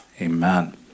Amen